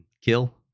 kill